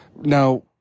Now